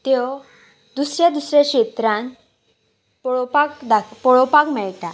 त्यो दुसऱ्या दुसऱ्या क्षेत्रान पळोवपाक दाक पळोवपाक मेळटा